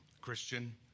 Christian